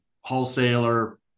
wholesaler